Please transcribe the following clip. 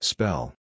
Spell